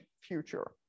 future